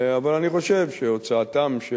אבל אני חושב שהוצאתם של